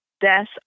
death